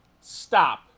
stop